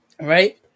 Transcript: right